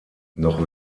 noch